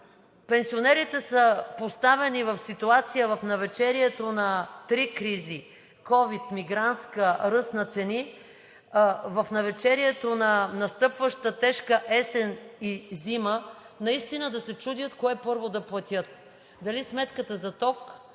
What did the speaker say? пенсионерите са поставени в ситуация в навечерието на три кризи – ковид, мигрантска и ръст на цени, в навечерието на настъпваща тежка есен и зима, наистина да се чудят кое първо да платят – дали сметката за ток,